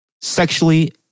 sexually